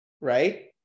right